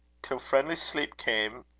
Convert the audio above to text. till friendly sleep came,